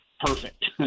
perfect